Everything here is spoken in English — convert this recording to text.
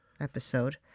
episode